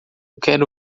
quero